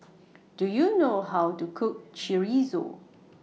Do YOU know How to Cook Chorizo